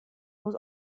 was